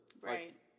Right